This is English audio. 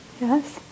Yes